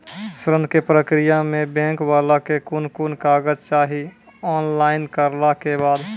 ऋण के प्रक्रिया मे बैंक वाला के कुन कुन कागज चाही, ऑनलाइन करला के बाद?